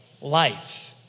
life